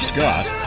Scott